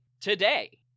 Today